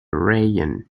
rayon